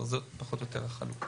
זו פחות או יותר החלוקה.